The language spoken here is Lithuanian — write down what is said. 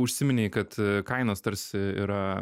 užsiminei kad kainos tarsi yra